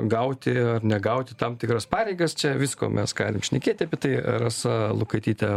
gauti ar negauti tam tikras pareigas čia visko mes galim šnekėti apie tai rasa lukaitytė